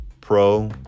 pro